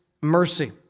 mercy